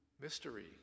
Mystery